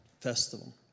festival